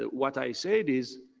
ah what i said is